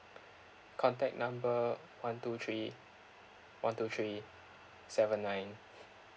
contact number one two three one two three seven nine